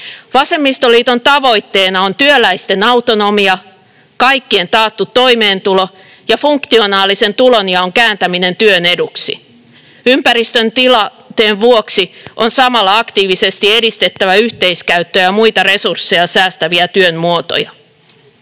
Vasemmistoliiton tavoitteena on työläisten autonomia, kaikkien taattu toimeentulo ja funktionaalisen tulonjaon kääntäminen työn eduksi. Ympäristön tilanteen vuoksi on samalla aktiivisesti edistettävä yhteiskäyttöä ja muita resursseja säästäviä työn muotoja.